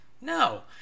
No